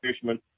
fisherman